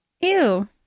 Ew